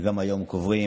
גם היום קוברים.